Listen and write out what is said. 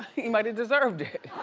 he might've deserved it.